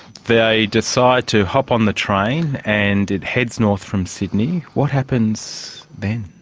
they decide to hop on the train and it heads north from sydney. what happens then?